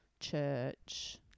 church